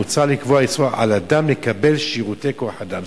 "מוצע לקבוע איסור על אדם לקבל שירותי כוח-אדם".